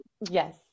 yes